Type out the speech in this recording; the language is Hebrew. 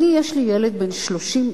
אני יש לי ילד בן 36,